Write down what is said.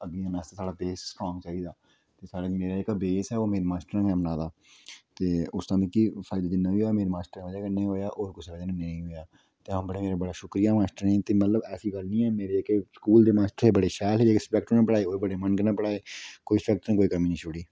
ते साढ़ा base strong चाहिदा ते मेरा जेह्का बेस ऐ ओह् साढ़े मास्टरें गै बनाए दा ते उसदा मिगी फायदा जिन्ना बी ऐ मेरे मास्टरें दी बजह् कन्नै गै होएआ होर कुसै दी बजह् कन्नै नेईं होएआ ते अ'ऊं बड़ा शुक्रिया मास्टरें दा ते ऐसी गल्ल निं ऐ की कि स्कूल दे मास्टर बड़े शैल हे बड़े अच्छे तरीके कन्नै पढ़ाए बड़े शैल पढ़ाए कोई कस्सर निं छोड़ी